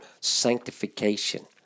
sanctification